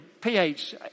pH